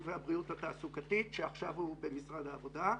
והבריאות התעסוקתית שעכשיו הוא במשרד העבודה.